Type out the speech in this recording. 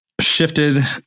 shifted